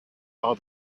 are